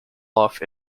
off